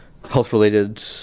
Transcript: health-related